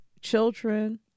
children